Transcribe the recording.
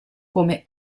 come